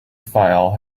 file